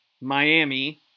Miami